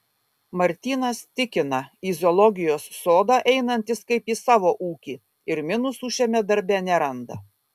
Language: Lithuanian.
martynas tikina į zoologijos sodą einantis kaip į savo ūkį ir minusų šiame darbe neranda